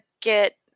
get